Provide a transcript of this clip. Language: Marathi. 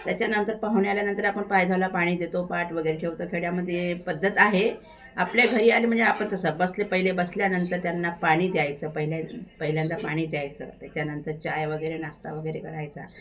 त्याच्यानंतर पाहुणे आल्यानंतर आपण पाय धुवायला पाणी देतो पाट वगैरे ठेवतो खेड्यामध्ये पद्धत आहे आपल्या घरी आले म्हणजे आपण तसं बसले पहिले बसल्यानंतर त्यांना पाणी द्यायचं पहिल्या पहिल्यांदा पाणी द्यायचं त्याच्यानंतर चाय वगैरे नाश्ता वगैरे करायचा